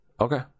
Okay